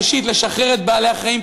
ראשית לשחרר את בעלי-החיים,